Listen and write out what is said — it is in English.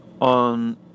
on